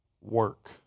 work